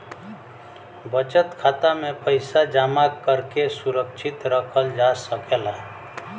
बचत खाता में पइसा जमा करके सुरक्षित रखल जा सकला